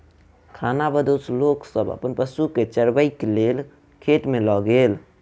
खानाबदोश लोक सब अपन पशु के चरबै के लेल खेत में लय गेल